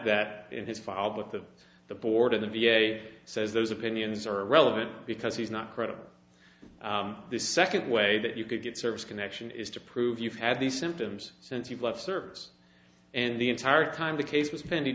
that in his file but that the board of the v a says those opinions are relevant because he's not credible the second way that you could get service connection is to prove you've had these symptoms since you've left service and the entire time the case was pending